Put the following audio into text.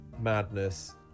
madness